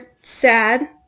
sad